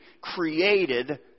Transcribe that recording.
created